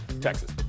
Texas